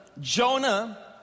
Jonah